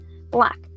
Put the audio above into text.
black